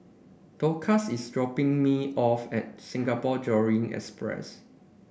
Dorcas is dropping me off at Singapore Johore Express